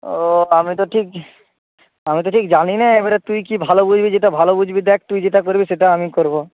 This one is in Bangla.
ও আমি তো ঠিক আমি তো ঠিক জানি নে এবারে তুই কি ভালো বুঝবি যেটা ভালো বুঝবি দেখ তুই যেটা করবি সেটা আমি করবো